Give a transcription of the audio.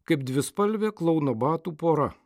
kaip dvispalvė klouno batų pora